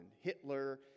Hitler